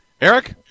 Eric